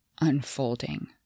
unfolding